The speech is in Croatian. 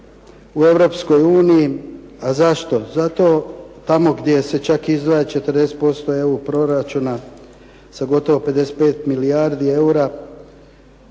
uniji, a zašto? Zato, tamo gdje se čak izdvaja 40% EU proračuna sa gotovo 55 milijardi eura